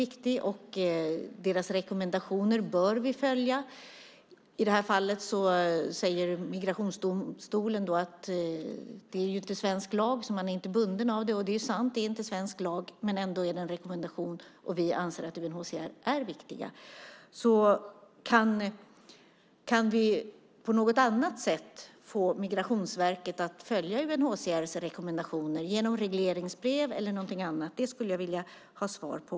Vi bör följa deras rekommendationer. I det här fallet säger migrationsdomstolen att de inte är svensk lag och att man inte är bunden av dem. Det är sant. De är inte svensk lag, men ändå är det fråga om rekommendationer. Vi anser att UNHCR är viktigt. Kan vi på något annat sätt få Migrationsverket att följa UNHCR:s rekommendationer med hjälp av regleringsbrev eller något annat? Det skulle jag också vilja ha svar på.